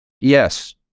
Yes